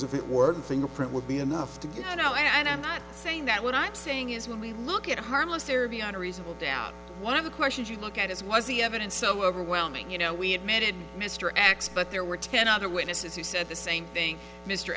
if it weren't fingerprint would be enough to get you know and i'm not saying that what i'm saying is when we look at a harmless error beyond a reasonable doubt one of the questions you look at is was the evidence so overwhelming you know we admitted mr x but there were ten other witnesses who said the same thing mr